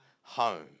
home